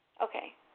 Okay